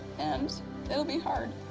and it'll be hard,